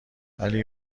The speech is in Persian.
ولی